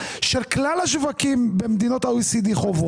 של כלל השווקים במדינות ה-OCDE חוות.